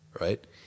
right